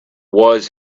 was